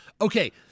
Okay